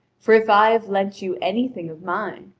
for if i have lent you anything of mine,